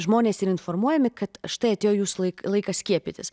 žmonės yra informuojami kad štai atėjo jūsų laik laikas skiepytis